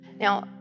Now